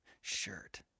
shirt